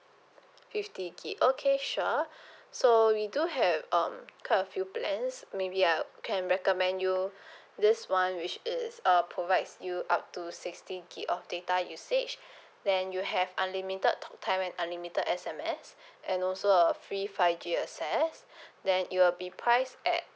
fifty gig okay sure so we do have um quite a few plans maybe I can recommend you this [one] which is uh provides you up to sixty gig of data usage then you have unlimited talk time and unlimited S_M_S and also a free five G access then it will be priced at